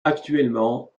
actuellement